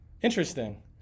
Interesting